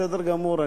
בסדר גמור.